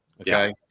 okay